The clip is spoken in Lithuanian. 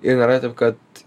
ir nėra taip kad